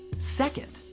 second?